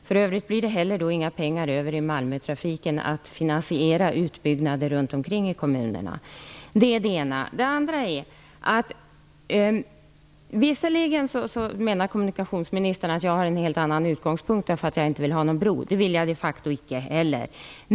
För övrigt blir det inga pengar över till att finansiera utbyggnaden för Visserligen menar kommunikationsministern att jag har en helt annan utgångspunkt därför att jag inte vill ha någon bro, och det vill jag de facto icke.